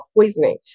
poisoning